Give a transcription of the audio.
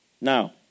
Now